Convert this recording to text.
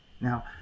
Now